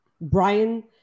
Brian